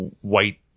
White